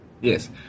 yes